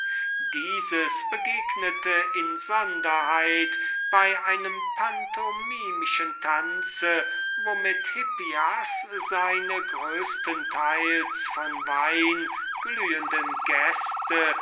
dieses begegnete insonderheit bei einem pantomimischen tanze womit hippias seine größtenteils vom bacchus glühenden gäste